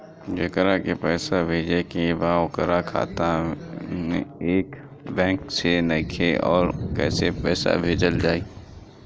जेकरा के पैसा भेजे के बा ओकर खाता ए बैंक मे नईखे और कैसे पैसा भेजल जायी?